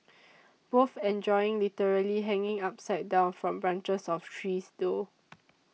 both enjoy literally hanging upside down from branches of trees though